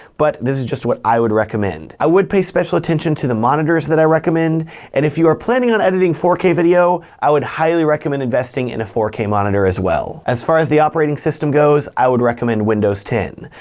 but this is just what i would recommend. i would pay special attention to the monitors that i recommend and if you are planning on editing four k video, i would highly recommend investing in a four k monitor as well. as far as the operating system goes, i would recommend windows ten.